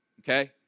okay